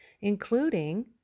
including